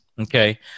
okay